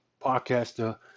podcaster